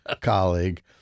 colleague